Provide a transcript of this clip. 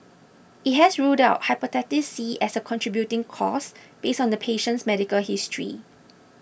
it has ruled out Hepatitis C as a contributing cause based on the patient's medical history